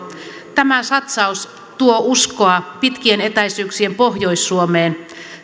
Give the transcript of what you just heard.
tämä satsaus tuo uskoa pitkien etäisyyksien pohjois suomeen